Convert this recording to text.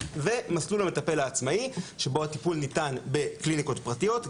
ומסלול המטפל העצמאי שבו הטיפול ניתן בקליניקות פרטיות,